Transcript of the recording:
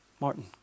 Martin